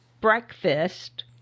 breakfast